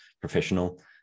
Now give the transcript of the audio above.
professional